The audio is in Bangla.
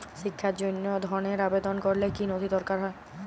শিক্ষার জন্য ধনের আবেদন করলে কী নথি দরকার হয়?